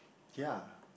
ya